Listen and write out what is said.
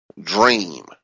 dream